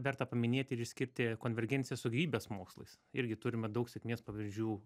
verta paminėti ir išskirti konvergenciją su gyvybės mokslais irgi turime daug sėkmės pavyzdžių a